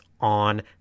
on